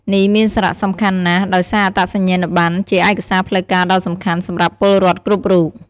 នេះមានសារៈសំខាន់ណាស់ ដោយសារអត្តសញ្ញាណប័ណ្ណជាឯកសារផ្លូវការដ៏សំខាន់សម្រាប់ពលរដ្ឋគ្រប់រូប។